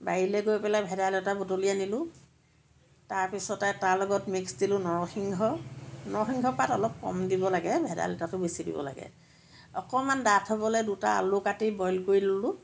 বাৰীলে গৈ পেলাই ভেদাইলতা বুটলি আনিলোঁ তাৰ পিছতে তাৰ লগত মিক্স দিলোঁ নৰসিংহ নৰসিংহৰ পাত অলপ কম দিব লাগে ভেদাইলতাটো বেছি দিব লাগে অকণমান ডাঠ হ'বলে দুটা আলু কাটি বইল কৰি ল'লোঁ